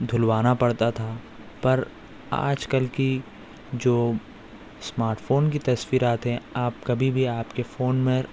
دھلوانا پڑتا تھا پر آج کل کی جو اسمارٹ فون کی تصویرات ہیں آپ کبھی بھی آپ کے فون میں